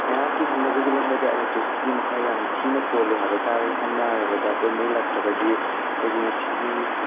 ꯑꯩꯍꯥꯛꯀꯤ ꯍꯤꯡꯅꯕꯒꯤ ꯂꯝꯕꯤꯗ ꯏꯂꯦꯛꯇ꯭ꯔꯤꯁꯤꯇꯤꯒꯤ ꯃꯈꯥ ꯌꯥꯝ ꯊꯤꯅ ꯄꯣꯜꯂꯤ ꯍꯥꯏꯕ ꯇꯥꯔꯦ ꯁꯝꯅ ꯍꯥꯏꯔꯕꯗ ꯑꯩꯈꯣꯏ ꯃꯩ ꯂꯥꯛꯇ꯭ꯔꯒꯗꯤ ꯑꯩꯈꯣꯏꯒꯤ ꯉꯁꯤꯒꯤ